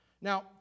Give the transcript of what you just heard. Now